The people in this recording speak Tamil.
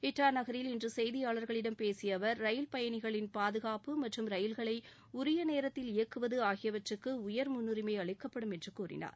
இட்டாநகரில் இன்று செய்தியாளர்களிடம் பேசிய அவர் ரயில் பயணிகளின் பாதுகாப்பு மற்றும் ரயில்களை உரிய நேரத்தில் இயக்குவது ஆகியவற்றுக்கு உயர் முன்னுரிமை அளிக்கப்படும் என்று கூறினார்